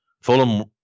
Fulham